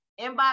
inbox